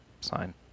sign